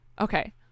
Okay